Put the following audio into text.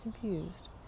confused